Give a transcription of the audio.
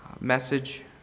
message